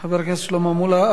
חבר הכנסת שלמה מולה.